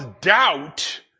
doubt